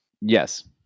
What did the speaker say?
Yes